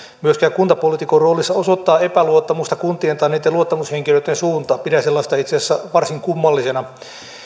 myöskään kuntapoliitikon roolissa osoittaa epäluottamusta kuntien tai niitten luottamushenkilöitten suuntaan pidän sellaista itse asiassa varsin kummallisena